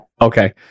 Okay